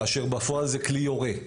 כשבפועל זה כלי יורה.